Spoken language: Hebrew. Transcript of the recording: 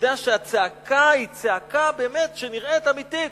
שהצעקה היא צעקה שנראית באמת אמיתית.